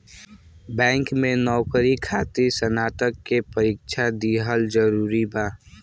Bank में नौकरी खातिर स्नातक के परीक्षा दिहल जरूरी बा?